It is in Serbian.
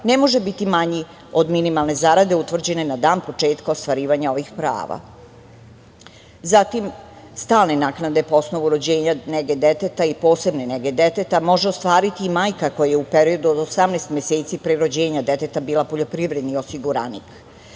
ne može biti manji od minimalne zarade utvrđene na dan počeka ostvarivanja ovih prava. Zatim, stalne naknade po osnovu rođenja, nege deteta i posebne nege deteta, može ostvariti i majka koja je u periodu od 18 meseci pre rođenja deteta bila poljoprivredni osiguranik. Predlogom